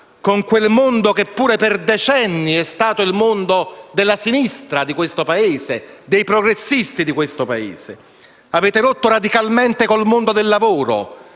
con quel mondo che pure per decenni è stato il mondo della sinistra, dei progressisti di questo Paese. Avete rotto radicalmente con il mondo del lavoro